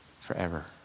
forever